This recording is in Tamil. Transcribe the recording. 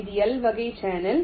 இது L வகை சேனல்